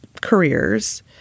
careers